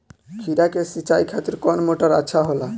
खीरा के सिचाई खातिर कौन मोटर अच्छा होला?